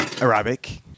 Arabic